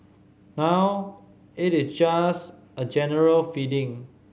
now it's just a general feeling